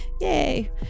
yay